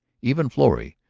even florrie,